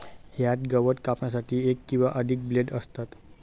यात गवत कापण्यासाठी एक किंवा अधिक ब्लेड असतात